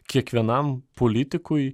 kiekvienam politikui